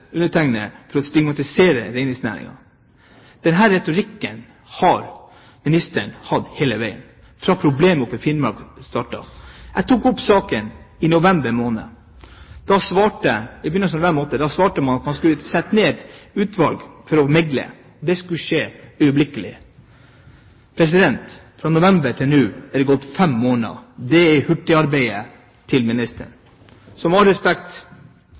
undertegnede for å stigmatisere reindriftsnæringen. Denne retorikken har ministeren hatt hele veien, fra problemene i Finnmark startet. Jeg tok opp saken i begynnelsen av november i fjor. Da svarte man at man skulle sette ned et utvalg for å megle. Det skulle skje øyeblikkelig. Fra november til nå har det gått fem måneder. Det er hurtigarbeidet til ministeren, så med all respekt,